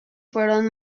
fueron